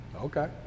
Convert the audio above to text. Okay